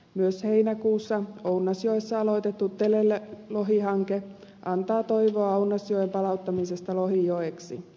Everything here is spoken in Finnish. myös heinäkuussa ounasjoessa aloitettu telelohihanke antaa toivoa ounasjoen palauttamisesta lohijoeksi